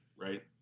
right